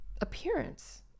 appearance